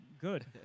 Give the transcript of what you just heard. good